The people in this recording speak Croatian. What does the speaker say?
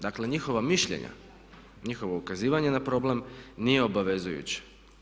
Dakle, njihova mišljenja, njihovo ukazivanje na problem nije obavezujuć.